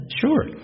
Sure